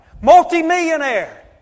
Multi-millionaire